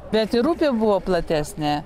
bet ir upė buvo platesnė